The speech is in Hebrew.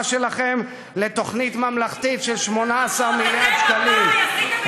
לתוכנית ממלכתית של 18 מיליארד שקלים,